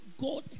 God